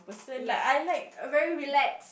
in like I like